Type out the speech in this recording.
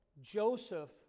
Joseph